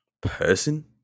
person